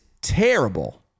terrible